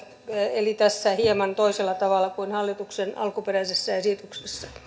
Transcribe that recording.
eli tässä hieman toisella tavalla kuin hallituksen alkuperäisessä esityksessä